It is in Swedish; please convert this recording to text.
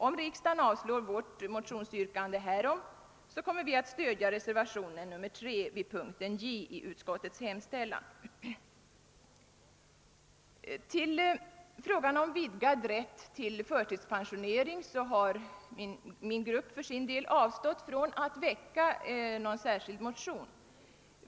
Vid omröstningen efter denna behandling kommer vi dock att stödja reservationen 3 vid punkten J i utskottets hemställan. Min grupp har avstått från att väcka någon särskild motion i fråga om vidgad rätt till förtidspensionering.